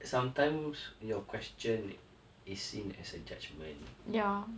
sometimes your question is seen as a judgement